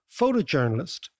photojournalist